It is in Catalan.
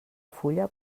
fulla